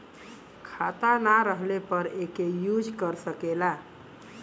खाता ना रहले पर एके यूज कर सकेला